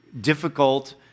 difficult